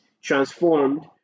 transformed